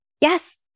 Yes